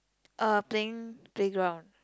playing playground